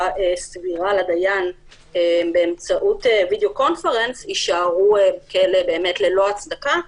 סבירה לדיין באמצעותvideo conference יישארו בכלא ללא הצדקה,